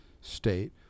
state